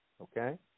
Okay